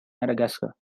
madagascar